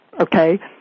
okay